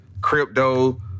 crypto